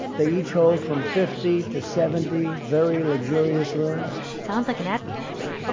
they each hold from fifty to seventy very luxurious rooms sounds like an advertisement ah